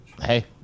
Hey